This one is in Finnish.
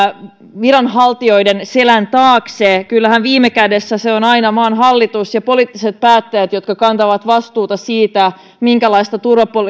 viranhaltijoiden selän taakse kyllähän viime kädessä ne ovat aina maan hallitus ja poliittiset päättäjät jotka kantavat vastuuta siitä minkälaista